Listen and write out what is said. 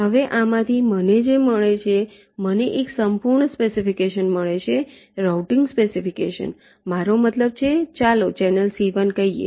હવે આમાંથી મને જે મળે છે મને એક સંપૂર્ણ સ્પેસિફિકેશન મળે છે રાઉટિંગ સ્પેસિફિકેશન મારો મતલબ છે ચાલો ચેનલ C1 કહીએ